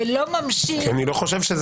ולא ממשיך?